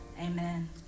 amen